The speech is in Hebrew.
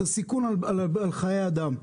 את הסיכון על חיי אדם.